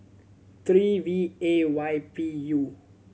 three V A Y P U